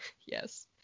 Yes